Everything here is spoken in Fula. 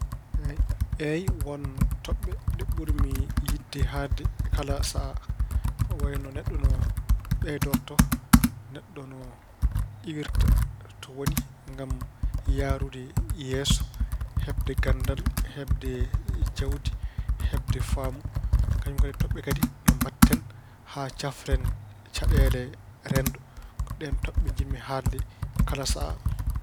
Eey won toɓɓe ɗe ɓurmi yiɗde haalde kala sahaa wayino neɗɗo no ɓeydortoo, neɗɗo no iwirta to woni ngam yahrude yeeso, heɓde ganndal, heɓde jawdi, heɓde faamu. Kañum kadi e toɓɓe kadi no mbaɗten haa cafren caɗeele renndo. Ko ɗeen toɓɓe njiɗmi haalde kala sahaa.